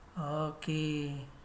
Okay